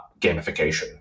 gamification